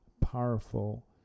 powerful